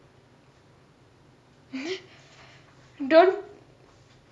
don't